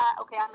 okay